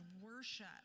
worship